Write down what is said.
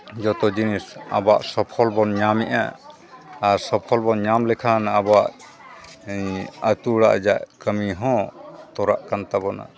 ᱡᱚᱛᱚ ᱡᱤᱱᱤᱥ ᱟᱵᱚᱣᱟᱜ ᱥᱚᱯᱷᱚᱞ ᱵᱚᱱ ᱧᱟᱢᱮᱫᱼᱟ ᱟᱨ ᱥᱚᱯᱷᱚᱞ ᱵᱚᱱ ᱧᱟᱢ ᱞᱮᱠᱷᱟᱱ ᱟᱵᱚᱣᱟᱜ ᱟᱹᱛᱩ ᱚᱲᱟᱜ ᱨᱮᱭᱟᱜ ᱠᱟᱹᱢᱤ ᱦᱚᱸ ᱛᱚᱨᱟᱜ ᱠᱟᱱ ᱛᱟᱵᱚᱱᱟ